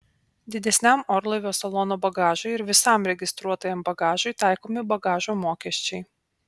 didesniam orlaivio salono bagažui ir visam registruotajam bagažui taikomi bagažo mokesčiai